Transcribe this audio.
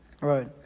Right